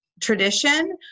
tradition